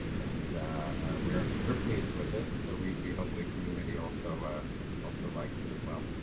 and we're we're pleased with it. so we hope the community also also likes it as well.